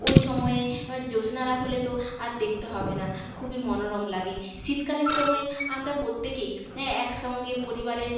ওই সময়ে জ্যোৎস্না রাত হলে তো আর দেখতে হবে না খুবই মনোরম লাগে শীতকালের সময় আমরা প্রত্যেকেই একসঙ্গে পরিবারের